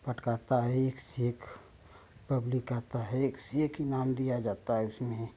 पाट करता है एक से एक पब्लिक आती है एक से एक ही नाम दिया जाता है उसमें